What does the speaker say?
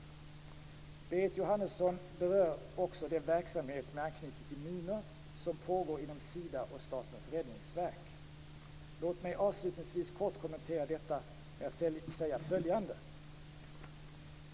Berit Jóhannesson berör i interpellationen den verksamhet med anknytning till minor som pågår inom Sida och Statens räddningsverk. Låt mig avslutningsvis kort kommentera detta med att säga följande.